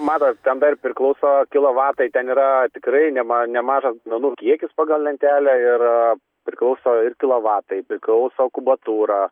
matot ten dar priklauso kilovatai ten yra tikrai nema nemažas menų kiekis pagal lentelę ir priklauso ir kilovatai priklauso kubatūra